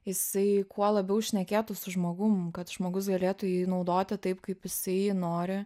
jisai kuo labiau šnekėtų su žmogum kad žmogus galėtų jį naudoti taip kaip jisai nori